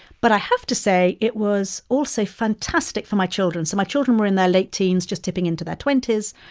but i have to say it was also fantastic for my children. so my children were in their late teens, just tipping into their twenty s.